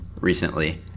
recently